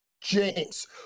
James